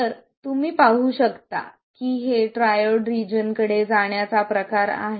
तर तुम्ही पाहू शकता की हे ट्रायोड रिजन कडे जाण्याचा प्रकार आहे